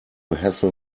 hassle